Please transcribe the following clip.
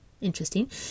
interesting